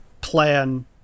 plan